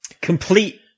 Complete